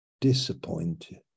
disappointed